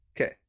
Okay